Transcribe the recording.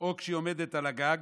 או כשהיא עומדת על הגג,